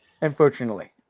unfortunately